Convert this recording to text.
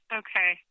okay